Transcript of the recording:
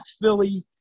Philly